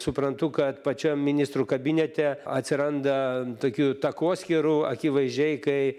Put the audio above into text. suprantu kad pačiam ministrų kabinete atsiranda tokių takoskyrų akivaizdžiai kai